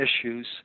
issues